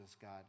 God